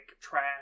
trash